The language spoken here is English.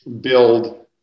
build